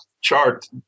chart